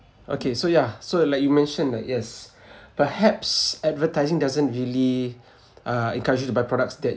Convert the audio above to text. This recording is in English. okay so yeah so like you mentioned like yes perhaps advertising doesn't really uh encourage you to buy products that